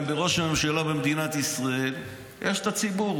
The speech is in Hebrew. גם לראש הממשלה במדינת ישראל יש את הציבור.